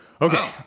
okay